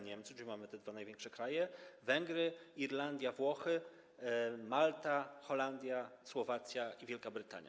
Niemcy, czyli mamy te dwa największe kraje, Węgry, Irlandia, Włochy, Malta, Holandia, Słowacja i Wielka Brytania.